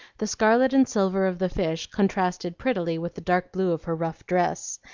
the scarlet and silver of the fish contrasted prettily with the dark blue of her rough dress,